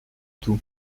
tout